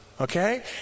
okay